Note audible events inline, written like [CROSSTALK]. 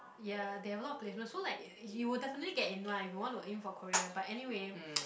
ya they have a lot of placement so like er you will definitely get in one if you want to aim for Korea but anyway [NOISE]